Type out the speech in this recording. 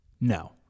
No